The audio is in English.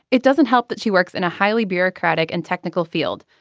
it doesn't help that she works in a highly bureaucratic and technical field.